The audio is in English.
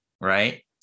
right